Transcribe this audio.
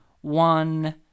one